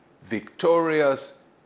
victorious